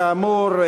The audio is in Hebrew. כאמור,